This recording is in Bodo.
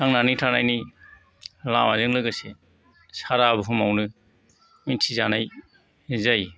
थांनानै थानायनि लामाजों लोगोसे सारा बुहुमावनो मिन्थिजानाय जायो